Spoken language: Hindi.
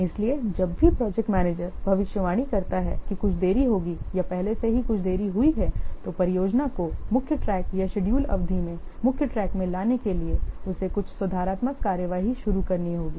इसलिए जब भी प्रोजेक्ट मैनेजर भविष्यवाणी करता है कि कुछ देरी होगी या पहले से ही कुछ देरी हुई है तो परियोजना को मुख्य ट्रैक या शेड्यूल अवधि में मुख्य ट्रैक में लाने के लिए उसे कुछ सुधारात्मक कार्रवाई शुरू करनी होगी